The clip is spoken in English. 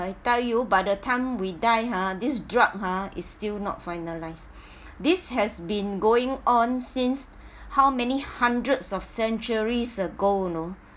I tell you by the time we die ha this drug ha is still not finalised this has been going on since how many hundreds of centuries ago you know